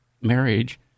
marriage